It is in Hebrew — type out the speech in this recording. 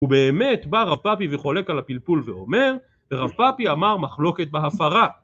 הוא באמת בא רב פאפי וחולק על הפלפול ואומר ורב פאפי אמר מחלוקת בהפרה